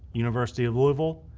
university of louisville,